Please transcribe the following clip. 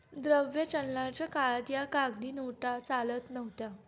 द्रव्य चलनाच्या काळात या कागदी नोटा चालत नव्हत्या